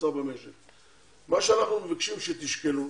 בממוצע הכולל אנחנו משיגים